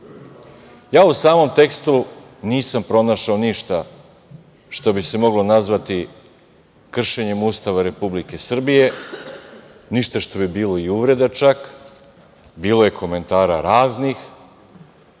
u samom tekstu nisam pronašao ništa što bi se moglo nazvati kršenjem Ustava Republike Srbije, ništa što bi bilo i uvreda čak, bilo je komentara raznih,